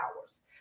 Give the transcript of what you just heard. hours